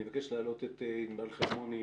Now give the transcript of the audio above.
אני מבקש להעלות את ענבל חרמוני,